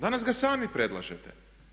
Danas ga sami predlažete.